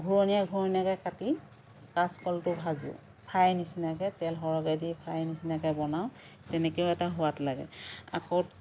ঘূৰণীয়া ঘূৰণীয়াকে কাটি কাঁচকলটো ভাজোঁ ফ্ৰাই নিচিনাকৈ তেল সৰহকৈ দি ফ্ৰাই নিচিনাকৈ বনাওঁ তেনেকেও এটা সোৱাদ লাগে আকৌ